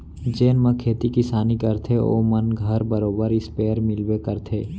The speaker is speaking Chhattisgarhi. जेन मन खेती किसानी करथे ओ मन घर बरोबर इस्पेयर मिलबे करथे